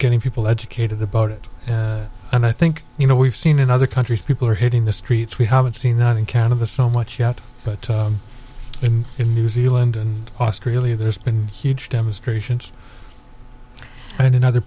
getting people educated about it and i think you know we've seen in other countries people are hitting the streets we haven't seen that in kind of the so much yet but in new zealand and australia there's been huge demonstrations and in other